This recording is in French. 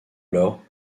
alors